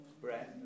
breath